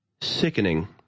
sickening